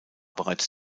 bereits